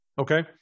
Okay